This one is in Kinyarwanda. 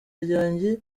ryanjye